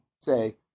say